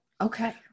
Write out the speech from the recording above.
Okay